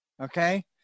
Okay